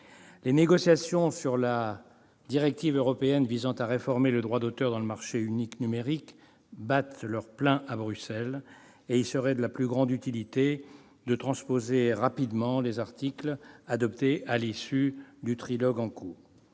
Les négociations sur la directive européenne sur le droit d'auteur dans le marché unique numérique battent leur plein à Bruxelles, et il serait de la plus grande utilité de transposer rapidement les articles qui seront adoptés à l'issue du trilogue en cours.